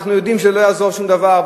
אנחנו יודעים שלא יעזור דבר,